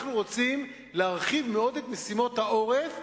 אנחנו רוצים להרחיב מאוד את משימות העורף,